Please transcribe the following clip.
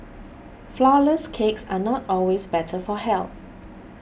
Flourless Cakes are not always better for health